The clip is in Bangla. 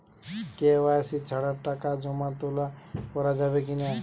কে.ওয়াই.সি ছাড়া টাকা জমা তোলা করা যাবে কি না?